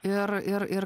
ir ir ir